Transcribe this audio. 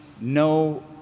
no